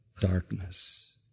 darkness